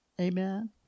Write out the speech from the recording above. Amen